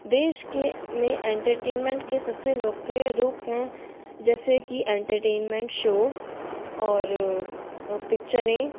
देश के में एंटरटेनमेंट के सबसे लोकप्रिय रूप है जैसे कि एंटरटेनमेंट शो और पिक्चरें